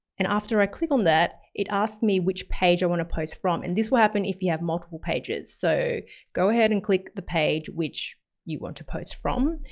and after i click on that it asks me which page i want to post from and this will happen if you have multiple pages, so go ahead and click the page which you want to post from,